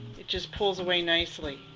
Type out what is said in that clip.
it just pulls away nicely